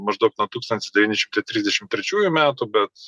maždaug nuo tūkstantis devyni šimtai trisdešim trečiųjų metų bet